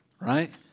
right